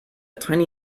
tiny